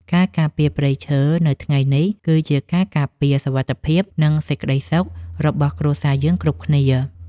ការការពារព្រៃឈើនៅថ្ងៃនេះ គឺជាការការពារសុវត្ថិភាព និងសេចក្តីសុខរបស់គ្រួសារយើងគ្រប់គ្នា។